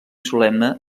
solemne